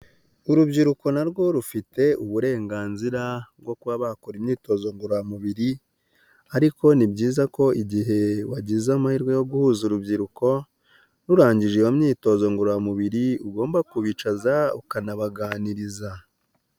Urubyiruko na rwo rufite uburenganzira bwo kuba bakora imyitozo ngororamubiri, ariko ni byiza ko igihe wagize amahirwe yo guhuza urubyiruko, rurangije iyo myitozo ngororamubiri ugomba kubicaza ukanabaganiriza.